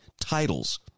titles